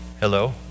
Hello